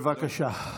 בבקשה.